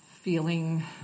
feeling